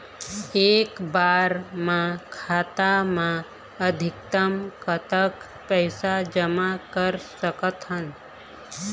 एक बार मा खाता मा अधिकतम कतक पैसा जमा कर सकथन?